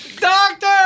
Doctor